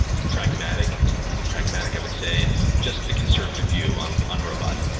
pragmatic not even pragmatic i would say, just the conservative view on on robots.